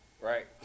Right